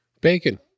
bacon